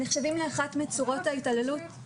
יש גם מצוקה קשה,